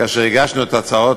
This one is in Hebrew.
כאשר הגשנו את ההצעות,